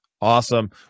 Awesome